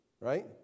right